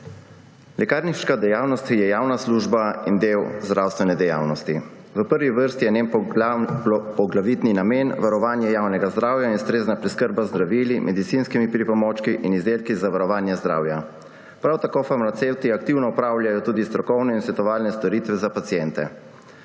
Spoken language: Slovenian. Lekarniška dejavnost je javna služba in del zdravstvene dejavnosti. V prvi vrsti je njen poglavitni namen varovanje javnega zdravja in ustrezna preskrba z zdravili, medicinskimi pripomočki in izdelki za varovanje zdravja. Prav tako farmacevti aktivno opravljajo tudi strokovne in svetovalne storitve za paciente.